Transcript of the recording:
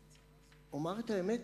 ואומר את האמת,